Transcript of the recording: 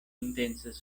intencas